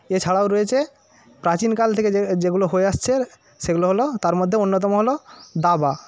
এছাড়াও রয়েছে প্রাচীনকাল থেকে যেগ যেগুলো হয়ে আসছে সেগুলো হল তার মধ্যে অন্যতম হল দাবা